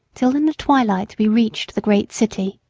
till in the twilight we reached the great city.